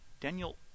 Daniel